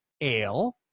Ale